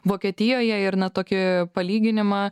vokietijoje ir na tokį palyginimą